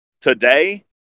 Today